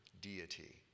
deity